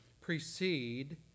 precede